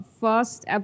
first